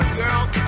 girls